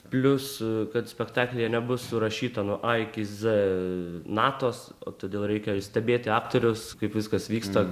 plius kad spektaklyje nebus surašyta nuo a iki z natos o todėl reikia stebėti aktorius kaip viskas vyksta